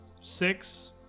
six